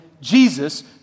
Jesus